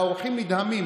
והאורחים נדהמים,